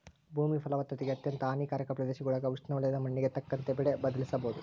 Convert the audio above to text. ಭೂಮಿ ಫಲವತ್ತತೆಗೆ ಅತ್ಯಂತ ಹಾನಿಕಾರಕ ಪ್ರದೇಶಗುಳಾಗ ಉಷ್ಣವಲಯದ ಮಣ್ಣಿಗೆ ತಕ್ಕಂತೆ ಬೆಳೆ ಬದಲಿಸೋದು